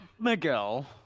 Miguel